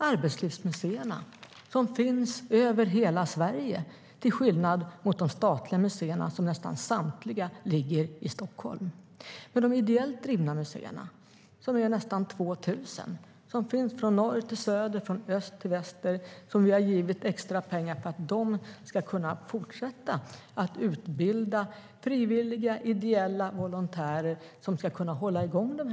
Arbetslivsmuseerna finns över hela Sverige, till skillnad från de statliga museerna, som nästan samtliga ligger i Stockholm. De ideellt drivna museerna - det är nästan 2 000 - finns från norr till söder, från öster till väster. Vi har givit extra pengar för att de ska kunna fortsätta att utbilda frivilliga, ideella, volontärer som ska kunna hålla i gång museerna.